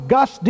Gus